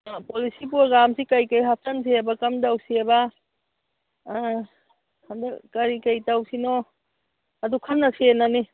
policy ꯄ꯭ꯔꯣꯒꯥꯝꯁꯤ ꯀꯔꯤ ꯀꯔꯤ ꯍꯥꯞꯆꯟꯁꯦꯕ ꯀꯝꯗꯧꯁꯦꯕ ꯍꯟꯗꯛ ꯀꯔꯤ ꯀꯔꯤ ꯇꯧꯁꯤꯒꯦ ꯑꯗꯨ ꯈꯟꯅꯁꯦꯅꯅꯤ